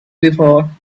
before